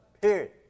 period